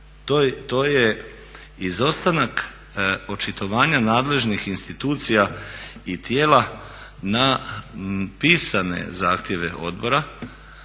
to je izostanak očitovanja nadležnih institucija i tijela na pisane zahtjeve odbora